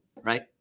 right